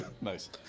nice